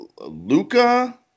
Luca